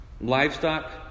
Livestock